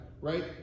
right